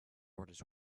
orders